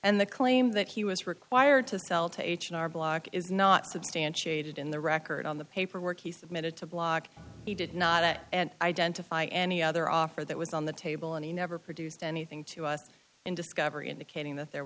and the claim that he was required to sell to h and r block is not substantiated in the record on the paperwork he submitted to block he did not and identify any other offer that was on the table and he never produced anything to us in discovery indicating that there